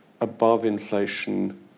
above-inflation